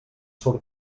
surt